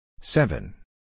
Seven